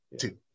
two